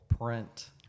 print